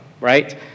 right